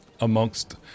amongst